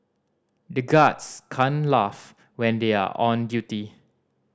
the guards can't laugh when they are on duty